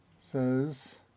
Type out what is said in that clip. says